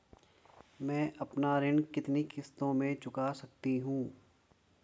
मैं अपना ऋण कितनी किश्तों में चुका सकती हूँ?